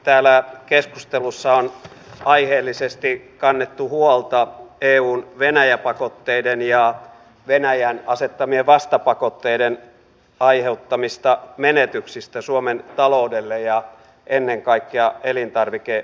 täällä keskustelussa on aiheellisesti kannettu huolta eun venäjä pakotteiden ja venäjän asettamien vastapakotteiden aiheuttamista menetyksistä suomen taloudelle ja ennen kaikkea elintarvikeviennillemme